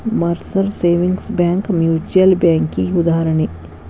Mercer savings bank mutual ಬ್ಯಾಂಕಿಗಿ ಉದಾಹರಣಿ